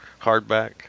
hardback